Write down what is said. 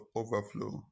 overflow